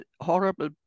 horrible